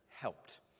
helped